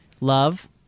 love